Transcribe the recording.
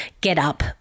GetUp